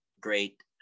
great